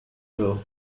will